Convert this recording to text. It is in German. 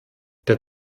der